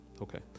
okay